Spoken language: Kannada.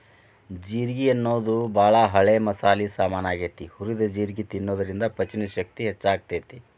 ಜೇರ್ಗಿ ಅನ್ನೋದು ಬಾಳ ಹಳೆ ಮಸಾಲಿ ಸಾಮಾನ್ ಆಗೇತಿ, ಹುರಿದ ಜೇರ್ಗಿ ತಿನ್ನೋದ್ರಿಂದ ಪಚನಶಕ್ತಿ ಹೆಚ್ಚಾಗ್ತೇತಿ